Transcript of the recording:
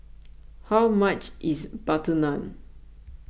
how much is Butter Naan